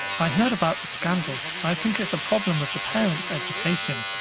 i heard about the scandal. i think it's a problem with the parents' education.